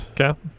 okay